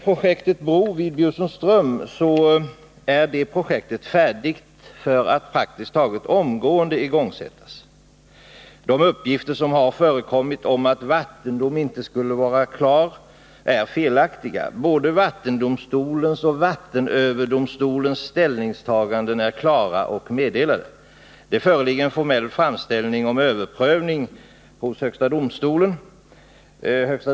Projektet bro vid Bjursundsström är färdigt för att praktiskt taget omgående igångsättas. De uppgifter som förekommit om att vattendom inte skulle finnas är felaktiga. Både vattendomstolens och vattenöverdomstolens ställningstaganden är klara och meddelade. Däremot föreligger en formell framställning om överprövning hos högsta domstolen.